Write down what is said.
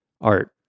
art